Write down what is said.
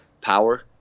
power